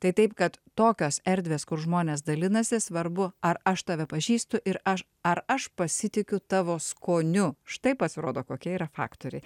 tai taip kad tokios erdvės kur žmonės dalinasi svarbu ar aš tave pažįstu ir aš ar aš pasitikiu tavo skoniu štai pasirodo kokia yra faktoriai